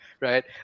right